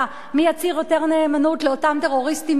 מי יצהיר יותר נאמנות לאותם טרוריסטים מהימין.